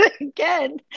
again